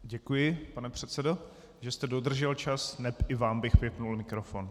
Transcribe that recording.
Děkuji, pane předsedo, že jste dodržel čas, neb i vám bych vypnul mikrofon.